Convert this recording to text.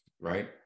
right